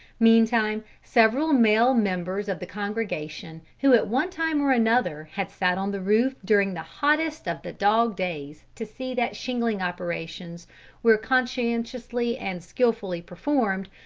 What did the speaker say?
meantime several male members of the congregation, who at one time or another had sat on the roof during the hottest of the dog days to see that shingling operations we're conscientiously and skilfully performed,